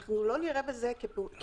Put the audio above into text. אנחנו לא נראה בזה כפניה שיווקית.